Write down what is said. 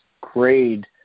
grade